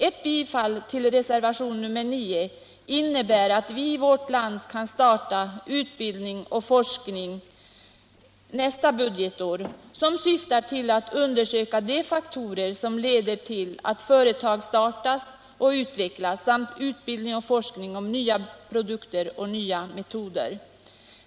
Ett bifall till reservationen 9 innebär att vi i vårt land nästa budgetår kan starta en utbildning och forskning som syftar till att un dersöka de faktorer som leder till att företag startas och utvecklas samt en utbildning och forskning om nya produkter och metoder.